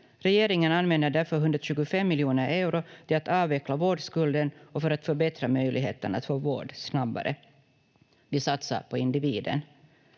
Regeringen använder därför 125 miljoner euro till att avveckla vårdskulden och för att förbättra möjligheterna att få vård snabbare. Vi satsar på individen.